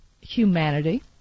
humanity